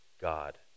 God